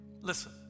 listen